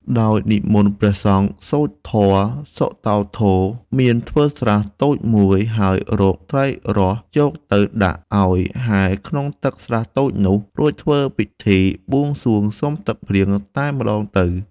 ដោយនិមន្តព្រះសង្ឃ សូត្រធម៌ សុតោន្ធោ មានធ្វើស្រះតូចមួយ ហើយរកត្រីរ៉ស់យកទៅដាក់ឱ្យហែលក្នុងស្រះទឹកតូចនោះ រួចធ្វើពិធីបួងសួងសុំទឹកភ្លៀងតែម្តងទៅ។